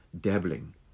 dabbling